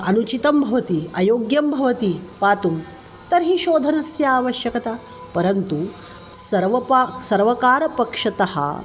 अनुचितं भवति अयोग्यं भवति पातुं तर्हि शोधनस्य आवश्यकता परन्तु सर्व सर्वकारपक्षतः